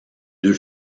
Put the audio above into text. deux